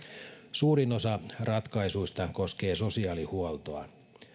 suurin osa ratkaisuista koskee sosiaalihuoltoa